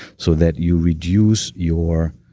so that you reduce your